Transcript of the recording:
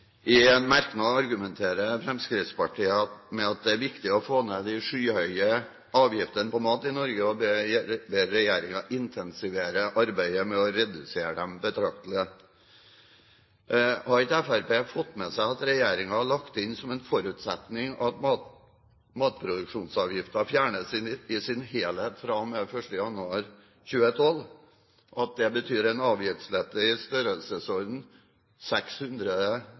I en merknad argumenterer Fremskrittspartiet med at det er viktig å få ned de skyhøye avgiftene på mat i Norge, og ber regjeringen intensivere arbeidet med å redusere dem betraktelig. Har ikke Fremskrittspartiet fått med seg at regjeringen har lagt inn som en forutsetning at matproduksjonsavgiften fjernes i sin helhet fra 1. januar 2012, og at det betyr en avgiftslette i størrelsesorden 600